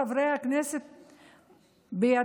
חברי הכנסת הערבים,